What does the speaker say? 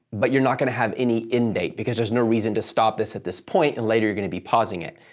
but you're not going to have any end date because there's no reason to stop this at this point, and later you're going to be pausing it.